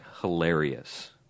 hilarious